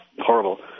horrible